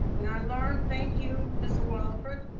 when i learned, thank you, mr. wallingford,